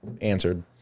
answered